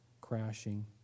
crashing